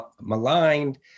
maligned